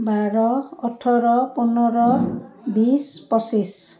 বাৰ ওঠৰ পোন্ধৰ বিছ পঁচিছ